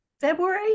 February